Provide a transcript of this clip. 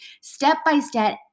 step-by-step